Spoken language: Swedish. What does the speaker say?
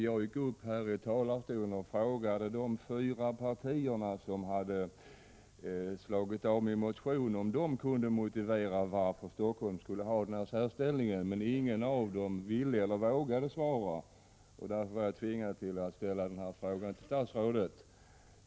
Jag gick då upp i talarstolen och frågade representanter för de fyra partier som hade avstyrkt min motion om de kunde motivera varför Helsingforss kommun skulle ha denna särställning. Men ingen av dem ville eller vågade svara, och därför var jag tvingad att ställa denna fråga till statsrådet.